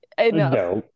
enough